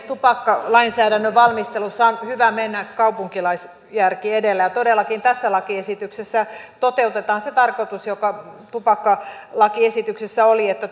tupakkalainsäädännön valmistelussa on hyvä mennä kaupunkilaisjärki edellä ja todellakin tässä lakiesityksessä toteutetaan se tarkoitus joka tupakkalakiesityksessä oli että